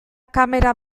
kamera